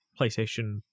PlayStation